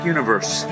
Universe